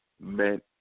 meant